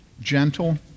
gentle